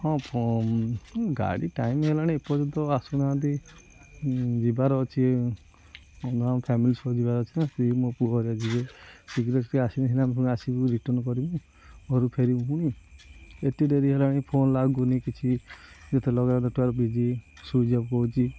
ହଁ ଗାଡ଼ି ଟାଇମ୍ ହେଲାଣି ଏପର୍ଯ୍ୟନ୍ତ ଆସୁନାହାନ୍ତି ଯିବାର ଅଛି ଆମ ଫ୍ୟାମିଲି ସବୁ ଯିବାର ଅଛି ନା ସ୍ତ୍ରୀ ମୋ ପୁଅ ହେରିକା ଯିବେ ଶୀଘ୍ର ଟିକେ ଆସିଲେ ସିନା ଆମେ ପୁଣି ଆସିବୁ ରିଟର୍ନ କରିବୁ ଘରୁ ଫେରିବୁ ପୁଣି ଏତେ ଡେରି ହେଲାଣି ଫୋନ୍ ଲାଗୁନି କିଛି ଯେତେ ଲଗେଇଲେ ନେଟୱାର୍କ ବିଜି ସ୍ଵିଇଚ୍ ଅଫ୍ କହୁଛି